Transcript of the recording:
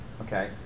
Okay